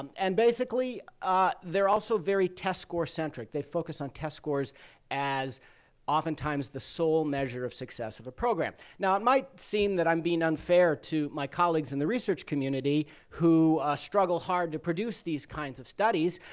um and basically ah they are also very test score centric. they focus on test scores as oftentimes the sole measure of success of a program. now, it might seem that i'm being unfair to my colleagues in the research community who struggle hard to produce these kinds of studies,